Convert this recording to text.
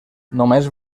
només